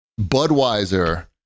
Budweiser